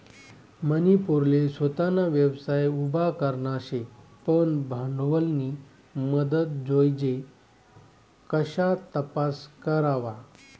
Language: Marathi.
मनी पोरले सोताना व्यवसाय उभा करना शे पन भांडवलनी मदत जोइजे कशा तपास करवा?